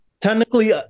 Technically